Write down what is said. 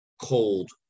cold